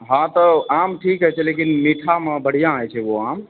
हँ तऽ आम ठीक अछि लेकिन मीठामे बढ़िआँ अछि एगो आम